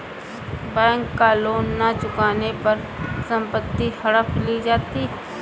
bank का loan न चुकाने पर संपत्ति हड़प ली जाती है